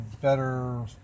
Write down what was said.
better